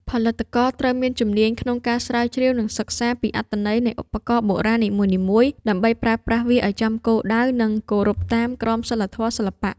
ផលិតករត្រូវមានជំនាញក្នុងការស្រាវជ្រាវ និងសិក្សាពីអត្ថន័យនៃឧបករណ៍បុរាណនីមួយៗ ដើម្បីប្រើប្រាស់វាឱ្យចំគោលដៅ និងគោរពតាមក្រមសីលធម៌សិល្បៈ។